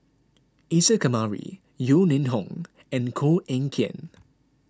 Isa Kamari Yeo Ning Hong and Koh Eng Kian